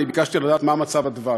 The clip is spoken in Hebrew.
אני ביקשתי לדעת מה מצב הדבש.